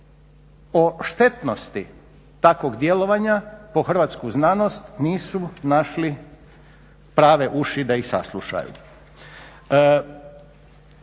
o štetnosti takvog djelovanja po hrvatsku znanost nisu našle prave uši da ih saslušaju.